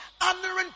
honoring